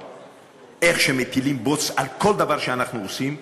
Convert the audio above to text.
איך מטילים בוץ על כל דבר שאנחנו עושים,